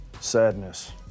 Sadness